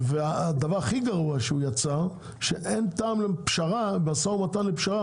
והדבר הכי גרוע שהוא יצר זה שאין טעם למשא ומתן לפשרה,